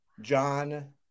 John